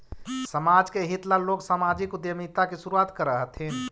समाज के हित ला लोग सामाजिक उद्यमिता की शुरुआत करअ हथीन